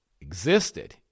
existed